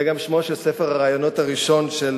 זה גם שמו של ספר הראיונות הפוליטי הראשון של